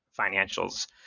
financials